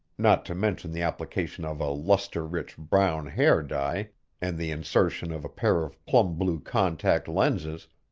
not to mention the application of a lustre-rich brown hair-dye and the insertion of a pair of plum-blue contact lenses,